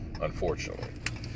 unfortunately